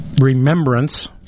remembrance